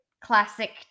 classic